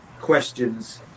questions